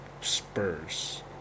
Spurs